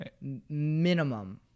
minimum